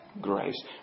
grace